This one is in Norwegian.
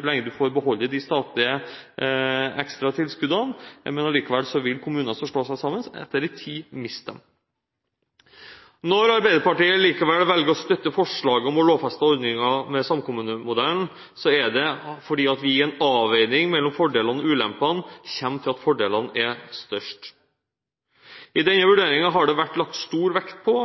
lenge en får beholde de statlige ekstratilskuddene, men likevel vil kommuner som slår seg sammen, etter en tid miste dem. Når Arbeiderpartiet likevel velger å støtte forslaget om å lovfeste ordningen med samkommunemodellen, er det fordi vi i en avveining mellom fordelene og ulempene kommer til at fordelene er størst. I denne vurderingen har det vært lagt stor vekt på